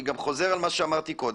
אני גם חוזר על מה שאמרתי קודם,